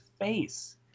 face